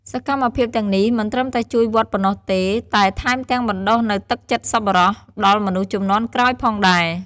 សកម្មភាពទាំងនេះមិនត្រឹមតែជួយវត្តប៉ុណ្ណោះទេ តែថែមទាំងបណ្ដុះនូវទឹកចិត្តសប្បុរសដល់មនុស្សជំនាន់ក្រោយផងដែរ។